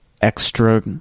extra